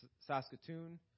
Saskatoon